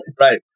Right